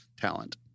talent